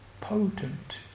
potent